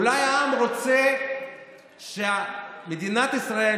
אולי העם רוצה שמדינת ישראל,